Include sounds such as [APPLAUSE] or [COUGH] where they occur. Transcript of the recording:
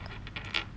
[NOISE]